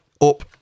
up